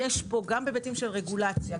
גם בהיבטים של רגולציה,